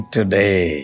Today